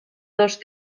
dos